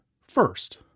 first